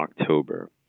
October